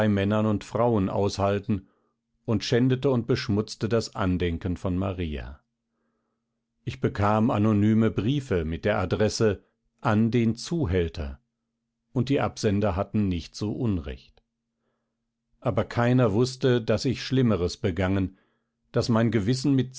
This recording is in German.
männern und frauen aushalten und schändete und beschmutzte das andenken von maria ich bekam anonyme briefe mit der adresse an den zuhälter und die absender hatten nicht so unrecht aber keiner wußte daß ich schlimmeres begangen daß mein gewissen mit